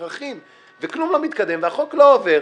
ונמרחים, וכלום לא מתקדם, והחוק לא עובר,